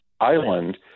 island